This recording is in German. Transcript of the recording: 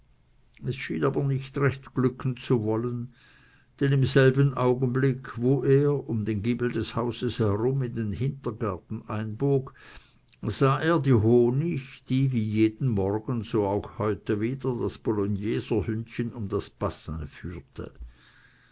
schien aber nicht recht glücken zu sollen denn im selben augenblick wo er um den giebel des hauses herum in den hintergarten einbog sah er die honig die wie jeden morgen so auch heute wieder das bologneser hündchen um das bassin führte